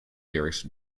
lyrics